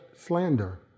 slander